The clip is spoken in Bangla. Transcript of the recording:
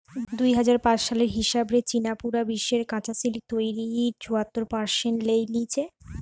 দুই হাজার পাঁচ সালের হিসাব রে চীন পুরা বিশ্বের কাচা সিল্ক তইরির চুয়াত্তর পারসেন্ট লেই লিচে